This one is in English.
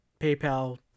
PayPal